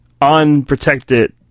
Unprotected